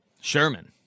Sherman